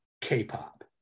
K-pop